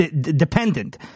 dependent